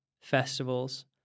festivals